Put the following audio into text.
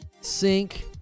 Sync